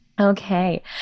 Okay